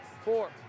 four